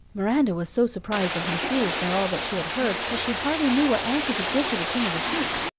miranda was so surprised and confused by all that she had heard that she hardly knew what answer to give to the king of the sheep,